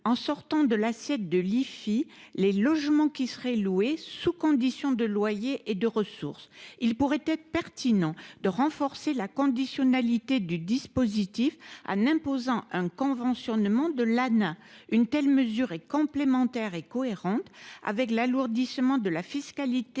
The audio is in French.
en sortant de l’assiette de l’IFI les logements concernés, sous condition de loyer et de ressources. Il pourrait être pertinent de renforcer la conditionnalité du dispositif en imposant un conventionnement de l’Agence nationale de l’habitat (Anah). Une telle mesure est complémentaire et cohérente avec l’alourdissement de la fiscalité